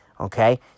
Okay